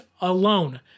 alone